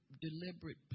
deliberate